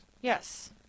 Yes